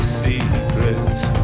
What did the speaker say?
secrets